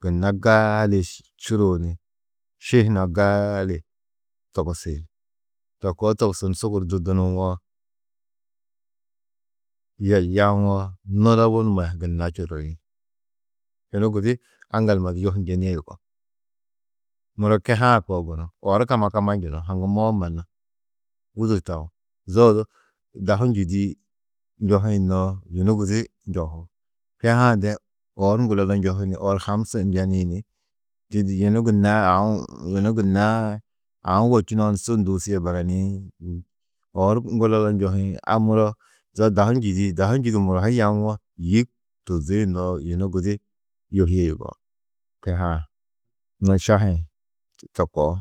gunna gaali čuruu ni ši hunã gaali togusi. To koo togusu ni sugur du dunuwo nje yawo nulobu numa gunna čurii, yunu gudi aŋgal numa du yohu njenîe yugó. Muro kehe-ã koo gunú oor kamakama njunú haŋumoó mannu wûdur taũ zo odu dahu njîdi, njohĩ noo yunu gudi njohú. Kehe-ã de oor ŋgulolo njohi ni oor ham su njeni ni didi yunu gunna aũ yunu gunna aũ wečunoo ni su ndûusie baraniĩ, oor ŋgulolo njohĩ, a muro zo dahu njîdi, dahu njîdu muro hi yawo yîk tuzĩ noo yunu gudi njohîe yugó, kehe-ã noo šahi-ĩ to koo.